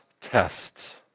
tests